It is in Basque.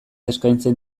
eskaintzen